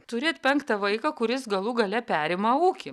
turit penktą vaiką kuris galų gale perima ūkį